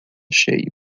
cheio